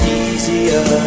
easier